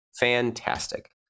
fantastic